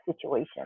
situation